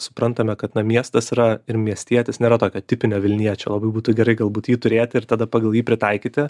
suprantame kad na miestas yra ir miestietis nėra tokio tipinio vilniečio labai būtų gerai galbūt jį turėti ir tada pagal jį pritaikyti